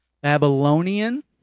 Babylonian